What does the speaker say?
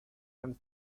and